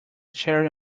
cherry